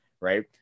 right